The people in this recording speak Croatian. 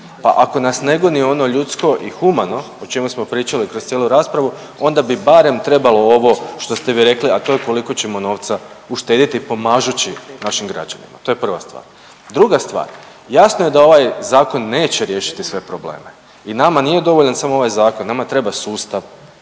Pa ako nas ne goni ono ljudsko i humano o čemu smo pričali kroz cijelu raspravu onda bi barem trebalo ovo što ste vi rekli, a to je koliko ćemo novaca uštediti pomažući našim građanima. To je prva stvar. Druga stvar, jasno je da ovaj zakon neće riješiti sve probleme i nama nije dovoljan samo ovaj zakon, nama treba sustav.